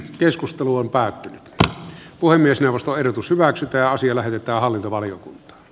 keskustelu on päättynyt puhemiesneuvosto ehdotus hyväksytään sillä hyvittää hallintovalion